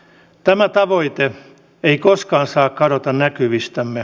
tämä tavoite ei koskaan saa kadota näkyvistämme